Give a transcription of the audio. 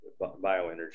bioenergy